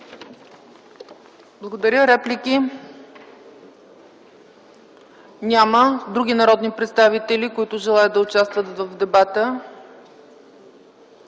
Благодаря. Реплики няма. Други народни представители, които желаят да участват в дебата